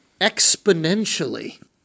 exponentially